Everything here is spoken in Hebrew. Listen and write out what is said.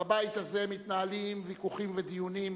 בבית הזה מתנהלים ויכוחים ודיונים,